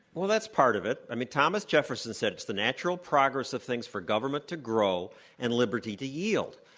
well, that's part of it. i mean, thomas jefferson said it's the natural progress of things for government to grow and liberty to yield.